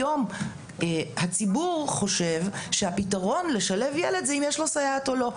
היום הציבור חושב שהפתרון לשלב ילד הוא אם יש לו סייעת או לא.